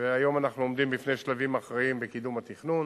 והיום אנחנו עומדים בפני שלבים אחרים בקידום התכנון,